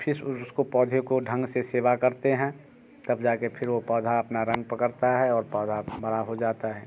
फिर उस पौधे को ढंग से सेवा करते हैं तब जा कर फिर वो पौधा अपना रंग पकड़ता है